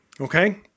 Okay